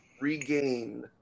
regain